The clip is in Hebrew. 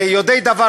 יודעי דבר,